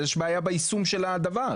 אז יש בעיה ביישום של הדבר.